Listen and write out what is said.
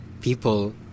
people